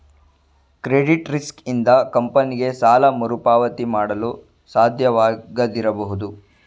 credit risk ಇಂದ ಕಂಪನಿಗೆ ಸಾಲ ಮರುಪಾವತಿ ಮಾಡಲು ಸಾಧ್ಯವಾಗದಿರಬಹುದು